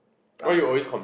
last time